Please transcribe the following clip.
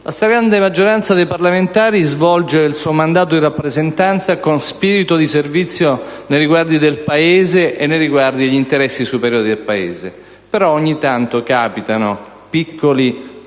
La stragrande maggioranza dei parlamentari svolge il suo mandato di rappresentanza con spirito di servizio nei riguardi del Paese e degli interessi superiori del Paese; però, ogni tanto vengono commessi